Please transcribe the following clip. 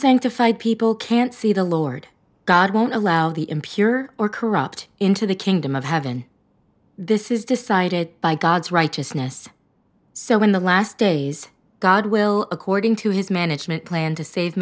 unsanctified people can't see the lord god won't allow the impure or corrupt into the kingdom of heaven this is decided by god's righteousness so in the last days god will according to his management plan to save